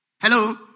Hello